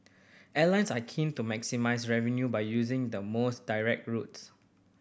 airlines are keen to maximise revenue by using the most direct routes